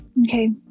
Okay